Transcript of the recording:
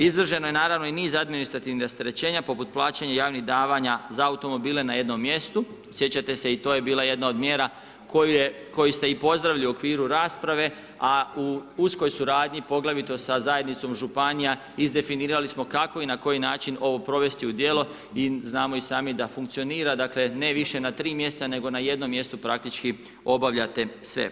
Izražena je naravno i niz administrativnih rasterećenja poput plaćanja javnih davanja za automobile na jednom mjestu, sjećate se i to je bila jedna od mjera koju ste i pozdravili u okviru rasprave, a u uskoj suradnji, poglavito sa zajednicom županija izdefinirali smo kako i na koji način ovo provesti u djelo i znamo i sami da funkcionira, dakle, ne više na 3 mjeseca, nego na jednom mjestu praktički obavljate sve.